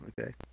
Okay